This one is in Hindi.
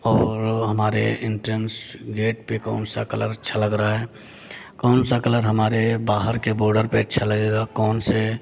और हमारे इंट्रेन्स गेट पे कौन सा कलर अच्छा लग रहा है कौन सा कलर हमारे बाहर के बोर्डर पे अच्छा लगेगा कौन से